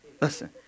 Listen